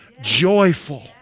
joyful